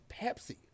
Pepsi